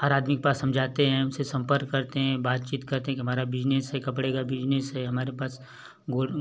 हर आदमी के पास हम जाते हैं उनसे सम्पर्क करते हैं बातचीत करते हैं कि हमारा बिज़नेस है कपड़े का बिज़नेस है हमारे पास गोल